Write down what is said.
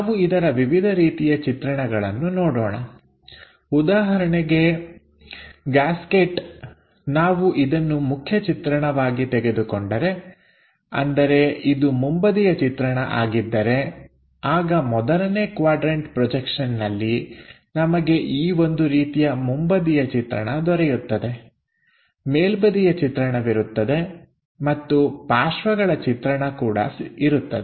ನಾವು ಇದರ ವಿವಿಧ ರೀತಿಯ ಚಿತ್ರಣಗಳನ್ನು ನೋಡೋಣ ಉದಾಹರಣೆಗೆ ಗ್ಯಾಸ್ಕೆಟ್ ನಾವು ಇದನ್ನು ಮುಖ್ಯ ಚಿತ್ರಣವಾಗಿ ತೆಗೆದುಕೊಂಡರೆ ಅಂದರೆ ಇದು ಮುಂಬದಿಯ ಚಿತ್ರಣ ಆಗಿದ್ದರೆ ಆಗ ಮೊದಲನೇ ಕ್ವಾಡ್ರನ್ಟ ಪ್ರೊಜೆಕ್ಷನ್ನಲ್ಲಿ ನಮಗೆ ಈ ಒಂದು ರೀತಿಯ ಮುಂಬದಿಯ ಚಿತ್ರಣ ದೊರೆಯುತ್ತದೆ ಮೇಲ್ಬದಿಯ ಚಿತ್ರಣವಿರುತ್ತದೆ ಮತ್ತು ಪಾರ್ಶ್ವಗಳ ಚಿತ್ರಣ ಕೂಡ ಇರುತ್ತದೆ